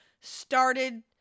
started